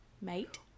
mate